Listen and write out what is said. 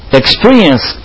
experience